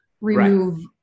remove